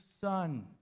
son